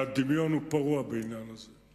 והדמיון הוא פרוע בעניין הזה.